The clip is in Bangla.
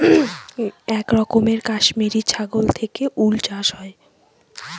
এক রকমের কাশ্মিরী ছাগল থেকে উল চাষ হয়